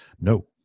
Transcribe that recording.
No